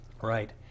Right